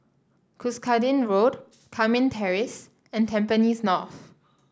Cuscaden Road Carmen Terrace and Tampines North